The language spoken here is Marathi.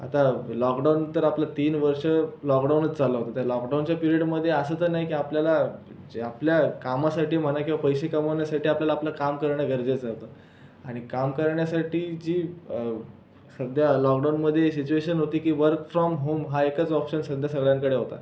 आता लॉकडाऊन तर आपलं तीन वर्ष लॉकडाऊनच चाललं होतं त्या लॉकडाऊनच्या पीरियडमध्ये असं तर नाही की आपल्याला जे आपल्या कामासाठी म्हणा किंवा पैसे कमवण्यासाठी आपल्याला आपलं काम करणं गरजेचं होतं आणि काम करण्यासाठी जी सध्या लॉकडाऊनमध्ये सिचुएशन होती की वर्क फ्रॉम होम हा एकच ऑप्शन सध्या सगळ्यांकडे होता